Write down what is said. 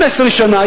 15 שנה,